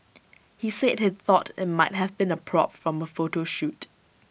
he said he thought IT might have been A prop from A photo shoot